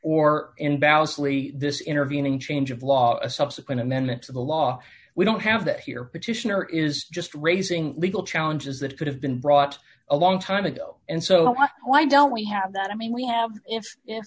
lee this intervening change of law a subsequent amendment to the law we don't have that here petitioner is just raising legal challenges that could have been brought a long time ago and so on why don't we have that i mean we have